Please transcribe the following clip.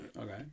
Okay